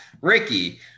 Ricky